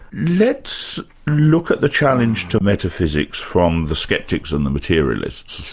let's look at the challenge to metaphysics from the sceptics and the materialists,